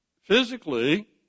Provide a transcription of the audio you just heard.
physically